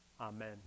Amen